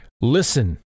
Listen